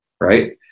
Right